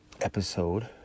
episode